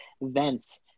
events